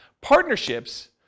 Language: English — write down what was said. Partnerships